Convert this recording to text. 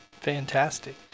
Fantastic